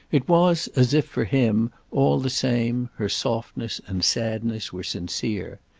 it was as if, for him, all the same, her softness and sadness were sincere.